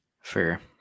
Fair